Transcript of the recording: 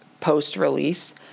post-release